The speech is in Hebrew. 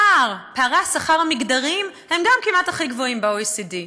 פערי השכר המגדריים הם גם כמעט הכי גבוהים ב-OECD.